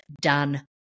done